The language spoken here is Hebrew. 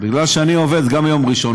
כי אני עובד גם ביום ראשון,